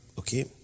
Okay